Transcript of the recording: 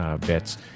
bits